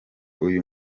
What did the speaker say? uyu